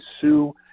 sue